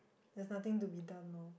there's nothing to be done loh